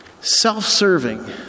self-serving